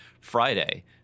Friday